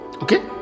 Okay